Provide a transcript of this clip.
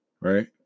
right